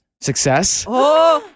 success